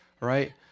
right